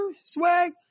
swag